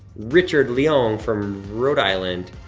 richard leung from rhode island,